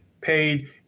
paid